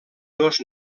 dos